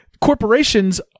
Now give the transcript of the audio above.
corporations